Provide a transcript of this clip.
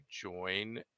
join